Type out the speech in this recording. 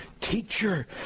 teacher